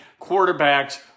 quarterbacks